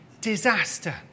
disaster